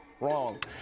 wrong